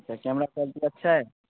इसका camera quality अच्छा है